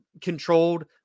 controlled